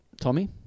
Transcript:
Tommy